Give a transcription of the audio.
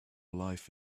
life